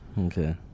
Okay